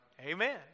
Amen